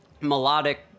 melodic